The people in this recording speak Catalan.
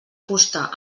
fusta